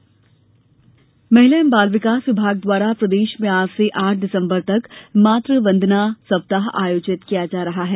मातु वंदना महिला एवं बाल विकास विभाग द्वारा प्रदेश में आज से आठ दिसंबर तक मात वंदना सप्ताह आयोजित किया जा रहा है